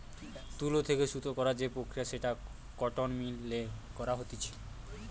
তুলো থেকে সুতো করার যে প্রক্রিয়া সেটা কটন মিল এ করা হতিছে